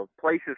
places